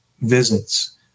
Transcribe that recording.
visits